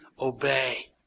obey